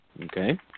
Okay